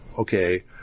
Okay